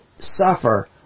Suffer